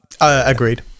agreed